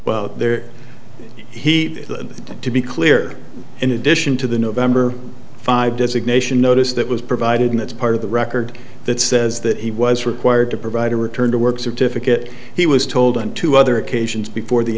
well there he to be clear in addition to the november five designation notice that was provided in that's part of the record that says that he was required to provide a return to work certificate he was told on two other occasions before the